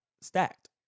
stacked